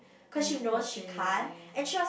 !aiyo! poor thing